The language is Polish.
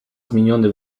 zmieniony